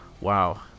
Wow